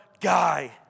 guy